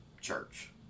church